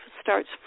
starts